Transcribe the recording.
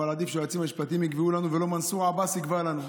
אבל עדיף שהיועצים המשפטיים יקבעו לנו ולא מנסור עבאס יקבע לנו.